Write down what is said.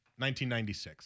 1996